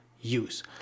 use